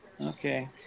Okay